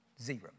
zero